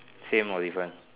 same or different